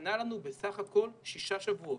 קנה לנו בסך הכול שישה שבועות.